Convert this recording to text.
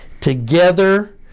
together